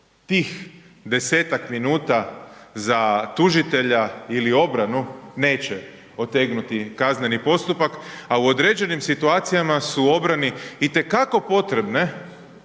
Tih 10 minuta za tužitelja ili obranu, neće otegnuti kazneni postupak a u određenim situacijama su obrani itekako potrebne